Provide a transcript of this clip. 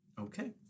Okay